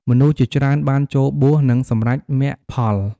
មនុស្សជាច្រើនបានចូលបួស និងសម្រេចមគ្គផល។